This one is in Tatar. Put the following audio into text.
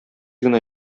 генә